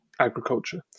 agriculture